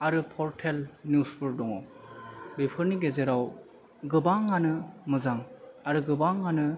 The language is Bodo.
आरो परटेल निउसफोर दङ बेफोरनि गेजेराव गोबां आनो मोजां गोबाङानो